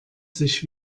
sich